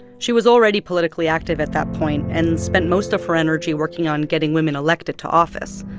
she was already politically active at that point and spent most of her energy working on getting women elected to office.